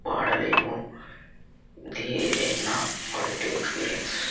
వాడలేము ఇది ఏదైనా మొదటి ఎక్స్పీరియన్స్